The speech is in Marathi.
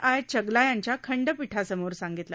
आय चगला यांच्या खंडपीठासमोर सांगितलं